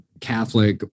Catholic